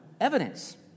evidence